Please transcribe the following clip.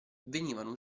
venivano